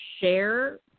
share